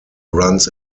runs